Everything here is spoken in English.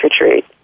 retreat